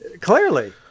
Clearly